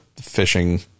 fishing